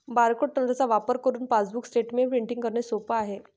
barcode तंत्राचा वापर करुन पासबुक स्टेटमेंट प्रिंटिंग करणे सोप आहे